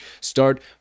start